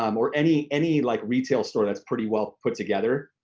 um or any any like retail store that's pretty well put-together,